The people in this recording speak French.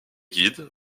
guide